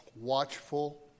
watchful